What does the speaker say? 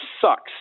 sucks